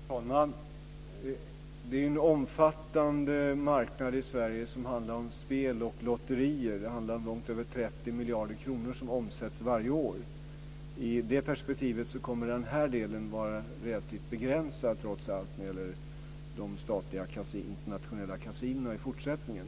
Fru talman! Det är en omfattande marknad i Sverige för spel och lotterier. Det är långt över 30 miljarder kronor som omsätts varje år. I det perspektivet kommer den del som gäller statliga internationella kasinon att vara rätt begränsad i fortsättningen.